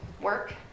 work